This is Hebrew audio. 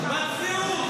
לפחות זה.